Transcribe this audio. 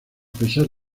pesar